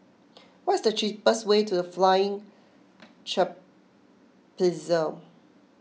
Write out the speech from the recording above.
what is the cheapest way to the Flying Trapeze